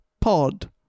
pod